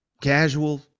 casual